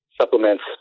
supplements